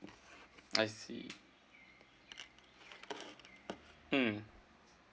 I see mm